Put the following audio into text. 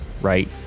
right